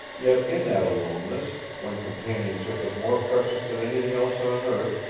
yet in that aloneness, when companionship was more precious than anything else on earth,